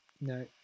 No